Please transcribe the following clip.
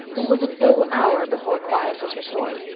it was a full hour before quiet was restored.